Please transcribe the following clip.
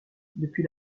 depuis